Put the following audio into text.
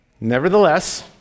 nevertheless